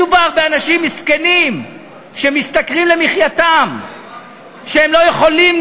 מדובר באנשים מסכנים שמשתכרים למחייתם והם לא יכולים